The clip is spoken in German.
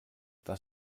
das